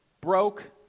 broke